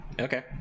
okay